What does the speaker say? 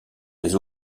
les